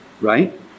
right